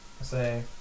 Say